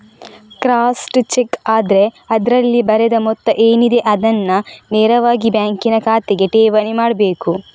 crossed cheque ಆದ್ರೆ ಅದ್ರಲ್ಲಿ ಬರೆದ ಮೊತ್ತ ಏನಿದೆ ಅದನ್ನ ನೇರವಾಗಿ ಬ್ಯಾಂಕಿನ ಖಾತೆಗೆ ಠೇವಣಿ ಮಾಡ್ಬೇಕು